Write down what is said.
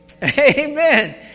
Amen